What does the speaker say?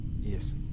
Yes